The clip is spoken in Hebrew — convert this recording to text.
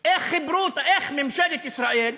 איך ממשלת ישראל,